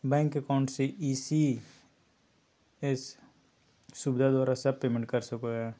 bank account से ECS सुविधा द्वारा सब पेमेंट कर सको हइ